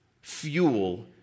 fuel